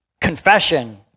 Confession